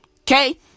Okay